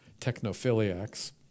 technophiliacs